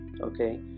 okay